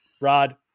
Rod